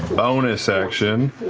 bonus action,